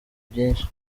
byinshi